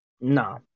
No